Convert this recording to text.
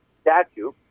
statue